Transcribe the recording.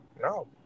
No